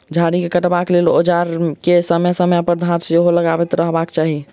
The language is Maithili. झाड़ी के काटबाक लेल औजार मे समय समय पर धार सेहो लगबैत रहबाक चाही